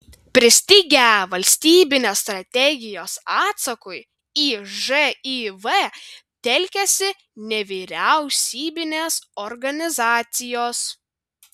pristigę valstybinės strategijos atsakui į živ telkiasi nevyriausybinės organizacijos